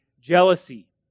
jealousy